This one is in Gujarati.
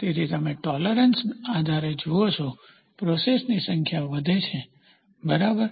તેથી તમે ટોલેરન્સ આધારે જુઓ છો પ્રોસેસની સંખ્યા વધે છે બરાબર